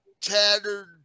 tattered